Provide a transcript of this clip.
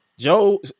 Joe